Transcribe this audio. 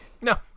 No